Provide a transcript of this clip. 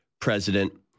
president